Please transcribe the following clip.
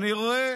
אני רואה